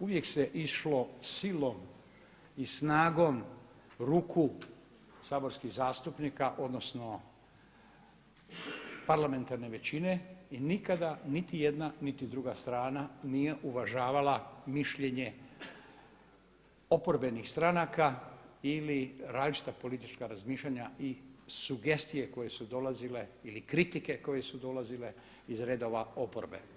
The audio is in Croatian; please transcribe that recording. uvijek se išlo silom i snagom ruku saborskih zastupnika, odnosno parlamentarne većine i nikad niti jedna niti druga strana nije uvažavala mišljenje oporbenih stranaka ili različita politička razmišljanja i sugestije koje su dolazile ili kritike koje su dolazile iz redova oporbe.